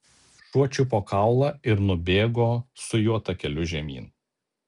šuo čiupo kaulą ir nubėgo su juo takeliu žemyn